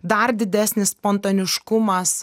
dar didesnis spontaniškumas